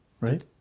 Right